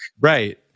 Right